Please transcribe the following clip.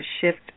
Shift